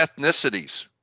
ethnicities